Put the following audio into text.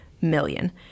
million